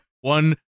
One